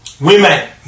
women